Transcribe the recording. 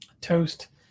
Toast